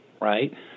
right